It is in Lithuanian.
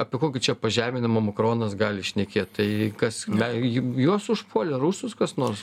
apie kokį čia pažeminimą makronas gali šnekėt tai kas ju ju juos užpuolė rusus kas nors